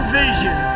vision